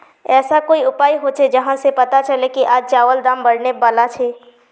ऐसा कोई उपाय होचे जहा से पता चले की आज चावल दाम बढ़ने बला छे?